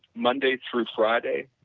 monday through friday,